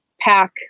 pack